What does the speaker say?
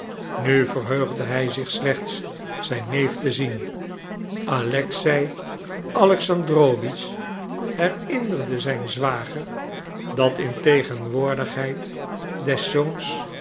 nu verheugde hij zich slechts zijn neef te zien alexei alexandrowitsch herinnerde zijn zwager dat in tegenwoordigheid des zoons